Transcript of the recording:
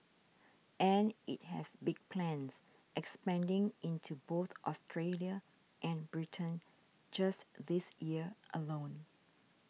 and it has big plans expanding into both Australia and Britain just this year alone